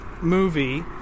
movie